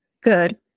good